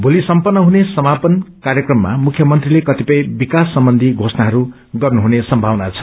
भोलि सम्पन्न हुने समापन कार्यक्रमा मुख्यमंत्रीले कतिपय विकास सम्वन्धी घोषणाहरू गर्नुहुने सम्मावना छ